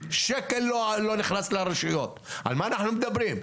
שקל לא נכנס לרשויות, על מה אנחנו מדברים?